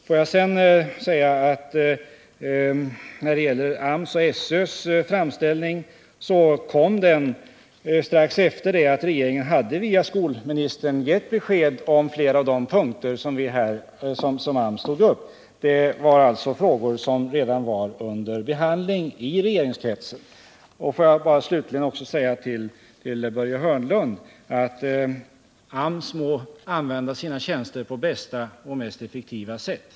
Framställningen från AMS och SÖ kom strax efter det att regeringen via skolministern hade gett besked om flera av de punkter som SÖ och AMS tog upp; det var alltså frågor som redan var under behandling i regeringskretsen. Slutligen vill jag säga till Börje Hörnlund att AMS må använda sina tjänster på bästa och mest effektiva sätt.